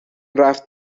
رفت